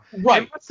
Right